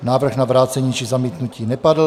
Návrh na vrácení či zamítnutí nepadl.